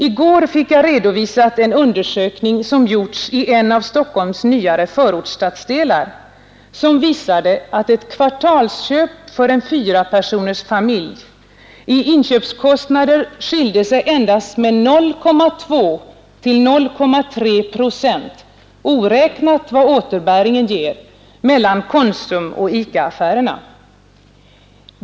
I går fick jag redovisat en undersökning som gjorts i en av Stockholms nyare förortsstadsdelar som visade att ett kvartalsköp för en fyrapersonersfamilj i inköpskostnader skilde sig endast med 0,2—0,3 procent, oräknat vad återbäringen ger, mellan Konsum och ICA-affärerna.